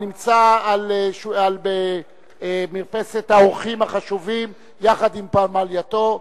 הנמצא במרפסת האורחים החשובים יחד עם פמלייתו.